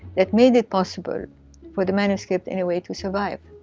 that made it possible for the manuscript in a way to survive.